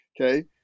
okay